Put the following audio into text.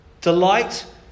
Delight